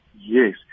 Yes